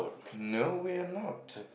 no we are not